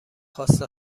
خواست